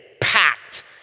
packed